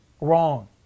wrong